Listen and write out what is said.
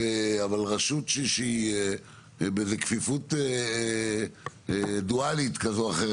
אבל רשות שהיא באיזה כפיפות דואלית כזו או אחרת,